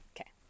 Okay